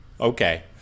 Okay